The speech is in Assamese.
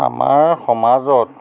আমাৰ সমাজত